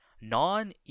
non